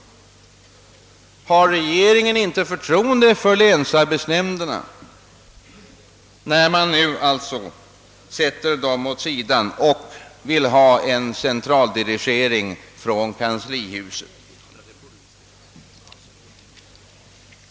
Har regeringen inte förtroende för länsarbetsnämnderna eftersom man nu sätter dem åt sidan och vill ha en centraldirigering från kanslihuset?